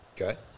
Okay